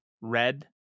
red